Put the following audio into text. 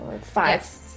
Five